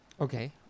Okay